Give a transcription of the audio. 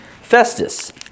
Festus